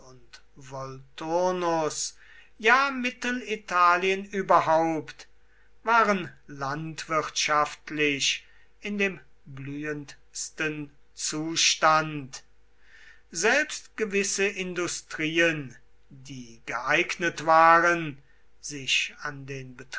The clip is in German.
ja mittelitalien überhaupt waren landwirtschaftlich in dem blühendsten zustand selbst gewisse industrien die geeignet waren sich an den